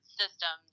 system